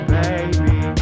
baby